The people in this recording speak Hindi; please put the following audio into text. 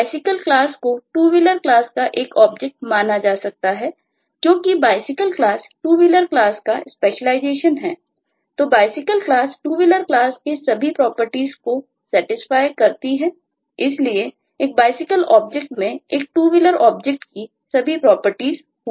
इसलिए एक BiCycle ऑब्जेक्ट में एक TwoWheeler ऑब्जेक्ट सभी प्रॉपर्टीज होंगी